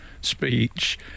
speech